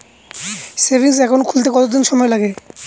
Savings account খুলতে কতদিন সময় লাগে?